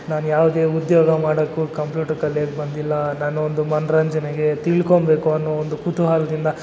ನಾನು ಯಾವುದೇ ಉದ್ಯೋಗ ಮಾಡೋಕ್ಕೂ ಕಂಪ್ಯೂಟ್ರ್ ಕಲಿಯಕ್ಕೆ ಬಂದಿಲ್ಲ ನಾನು ಒಂದು ಮನೋರಂಜನೆಗೆ ತಿಳ್ಕೊಬೇಕು ಅನ್ನೋ ಒಂದು ಕುತೂಹಲದಿಂದ